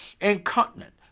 Incontinent